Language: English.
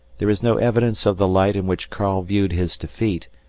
there is no evidence of the light in which karl viewed his defeat,